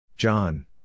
John